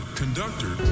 conductor